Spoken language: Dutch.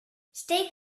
steek